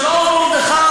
התלמידים של "אור מרדכי",